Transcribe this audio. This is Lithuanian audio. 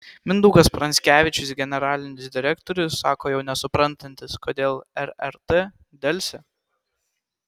mindaugas pranskevičius generalinis direktorius sako jau nesuprantantis kodėl rrt delsia